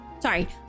Sorry